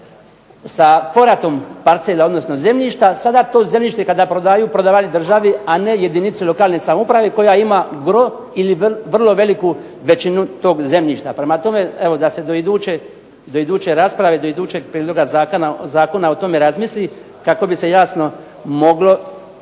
parcela odnosno zemljišta, sada to zemljište kada prodaju, prodaju državi a ne jedinici lokalne samouprave koja ima gro ili vrlo veliku većinu tog zemljišta. Prema tome, evo da se do iduće rasprave, do idućeg prijedloga zakona o tome razmisli kako bi se jasno moglo